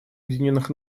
объединенных